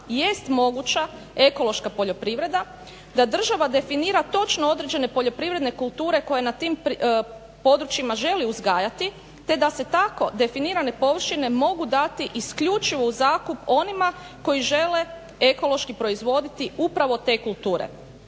jest moguća ekološka poljoprivreda, da država definira točno određene poljoprivredne kulture koje na tim područjima želi te da se tako definirane površine mogu dati isključivo u zakup onima koji žele ekološki proizvoditi upravo te kulture.